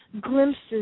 glimpses